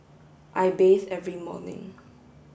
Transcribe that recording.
I bathe every morning